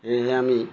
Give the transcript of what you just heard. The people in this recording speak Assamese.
সেয়হে আমি